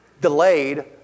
delayed